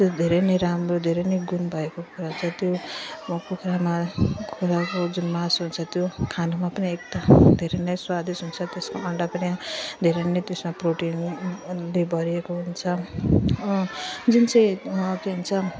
त्यो धेरै नै राम्रो धेरै नै गुण भएको कुखुरा चाहिँ त्यो कुखुरामा कुखुराको जुन मासु हुन्छ त्यो खानुमा पनि एकदम धेरै नै स्वादिष्ट हुन्छ त्यसको अन्डा पनि धेरै नै त्यसमा प्रोटिनले भरिएको हुन्छ जुन चाहिँ के भन्छ